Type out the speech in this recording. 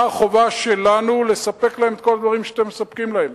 מה החובה שלנו לספק להם את כל הדברים שאתם מספקים להם?